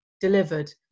delivered